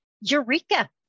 Eureka